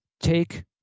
take